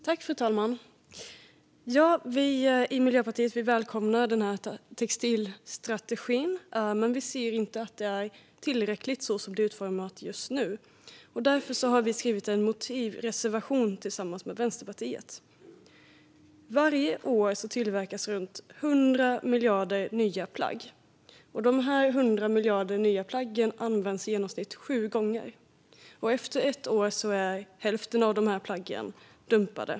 Fru talman! Vi i Miljöpartiet välkomnar textilstrategin, men vi anser att den inte är tillräcklig så som den är utformad just nu. Vi har därför skrivit en motivreservation tillsammans med Vänsterpartiet. Varje år tillverkas runt 100 miljarder nya plagg. Dessa plagg används i genomsnitt sju gånger, och efter ett år är hälften av dem dumpade.